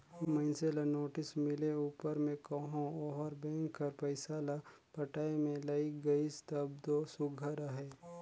मइनसे ल नोटिस मिले उपर में कहो ओहर बेंक कर पइसा ल पटाए में लइग गइस तब दो सुग्घर अहे